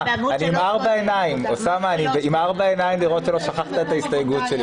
אני עם ארבע עיניים לראות שלא שכחת את ההסתייגות שלי.